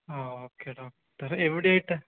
ആ okay doctor എവിടെയായിട്ടാണ്